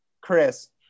Chris